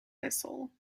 whistle